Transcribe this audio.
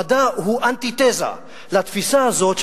המדע הוא אנטיתזה לתפיסה הזאת,